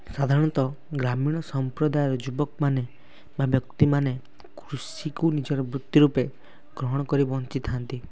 ସାଧାରଣତଃ ଗ୍ରାମୀଣ ସମ୍ପ୍ରଦାୟର ଯୁବକ ମାନେ ବା ବ୍ୟକ୍ତିମାନେ କୃଷିକୁ ନିଜର ବୃତ୍ତି ରୂପେ ଗ୍ରହଣ କରି ବଞ୍ଚିଥାନ୍ତି